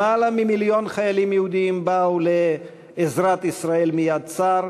למעלה ממיליון חיילים יהודים באו לעזרת ישראל מיד צר,